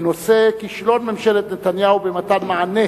בנושא: כישלון ממשלת נתניהו במתן מענה